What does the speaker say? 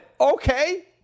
Okay